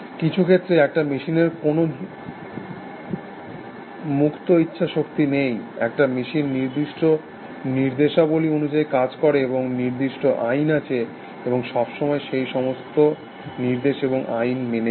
কিছু ক্ষেত্রে একটা মেশিনের কোনো মুক্ত ইচ্ছা শক্তি নেই একটা মেশিন নির্দিষ্ট নির্দেশাবলী অনুযায়ী কাজ করে এবং নির্দিষ্ট আইন আছে এবং সবসময় সেই সমস্ত নির্দেশ এবং আইন মেনে চলে